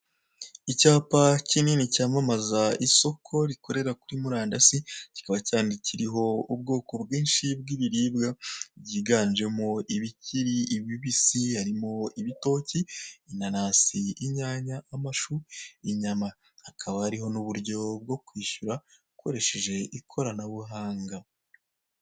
Icyapa kinini, cyamamaza isoko rikorera kuri murandasi, kikaba kiriho ubwoko bwinshi bw'ibiribwa, byiganjemo ibikiri bibisi, harimo ibitoki, inanasi, inyanya, amashu, inyama. Hakaba hariho n'uburyo bwo kwishyura, ukoresheje ikoranabuhanga.